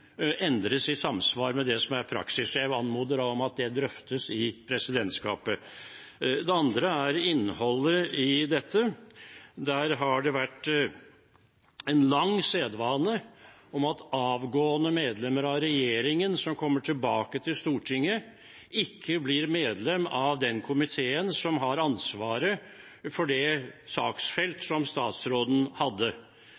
endres i samsvar med det som er praksis. Jeg anmoder om at det drøftes i presidentskapet. Det andre er innholdet i dette. Der har det lenge vært den sedvanen at avgående medlemmer av regjeringen som kommer tilbake til Stortinget, ikke blir medlem av den komiteen som har ansvaret for det